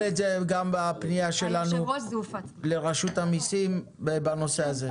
את זה גם בפניה שלנו לרשות המיסים בנושא הזה.